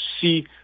see